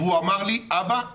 והוא אמר לי: אבא,